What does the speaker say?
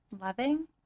loving